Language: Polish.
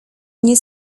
nie